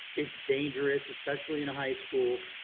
it's dangerous, especially in high school,